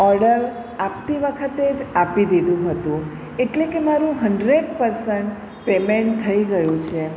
order આપતી વખતે જ આપી દીધું હતું એટલે કે મારું હન્ડ્રેડ પરસેન્ટ પેમેન્ટ થઈ ગયું છે